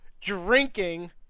drinking